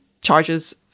charges